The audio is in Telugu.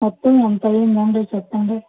మొత్తం ఎంత అయ్యిందండి చెప్పండి